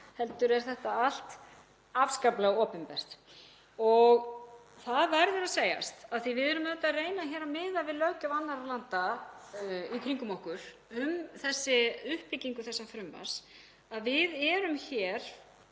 heldur er þetta allt afskaplega opinbert. Það verður að segjast, af því að við erum auðvitað að reyna að miða við löggjöf annarra landa í kringum okkur um uppbyggingu þessa frumvarps, að við erum hér